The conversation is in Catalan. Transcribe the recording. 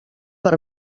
per